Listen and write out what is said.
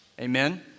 Amen